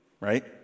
right